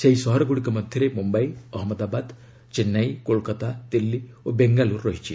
ସେହି ସହରଗୁଡ଼ିକ ମଧ୍ୟରେ ମୃମ୍ୟାଇ ଅହନ୍ମଦାବାଦ ଚେନ୍ନାଇ କୋଲକାତା ଦିଲ୍ଲୀ ଓ ବେଙ୍ଗାଲୁରୁ ରହିଛି